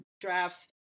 drafts